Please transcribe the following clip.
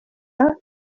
yema